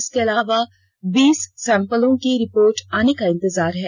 इसके अलावा बीस सैंपलों के रिपोर्ट आने का इंतजार है